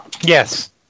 Yes